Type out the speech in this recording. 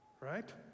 right